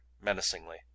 menacingly